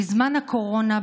בזמן הקורונה,